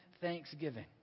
thanksgiving